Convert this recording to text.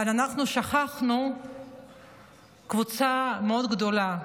אבל אנחנו שכחנו קבוצה מאוד גדולה,